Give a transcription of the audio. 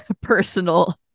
personal